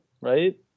Right